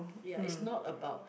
ya it's not about